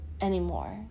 anymore